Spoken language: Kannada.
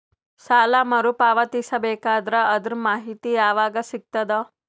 ಸಾಲ ಮರು ಪಾವತಿಸಬೇಕಾದರ ಅದರ್ ಮಾಹಿತಿ ಯವಾಗ ಸಿಗತದ?